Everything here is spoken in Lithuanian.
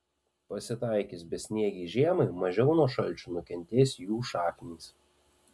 pasitaikius besniegei žiemai mažiau nuo šalčių nukentės jų šaknys